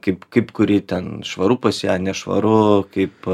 kaip kaip kuri ten švaru pas ją nešvaru kaip